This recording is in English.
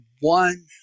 one